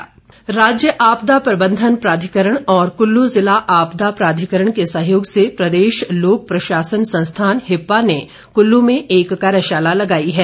कार्यशाला राज्य आपदा प्रबंधन प्राधिकरण और कुल्लू जिला आपदा प्राधिकरण के सहयोग से प्रदेश लोक प्रशासन संस्थान हिप्पा ने कुल्लू में एक कार्यशाला लगाई है